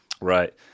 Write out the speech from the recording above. Right